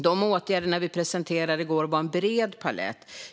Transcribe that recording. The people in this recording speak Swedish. De åtgärder som vi presenterade i går var en bred palett.